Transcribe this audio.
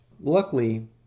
luckily